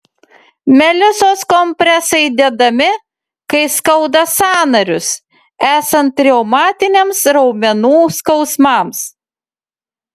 melisos kompresai dedami kai skauda sąnarius esant reumatiniams raumenų skausmams